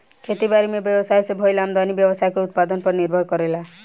खेती बारी में व्यवसाय से भईल आमदनी व्यवसाय के उत्पादन पर निर्भर करेला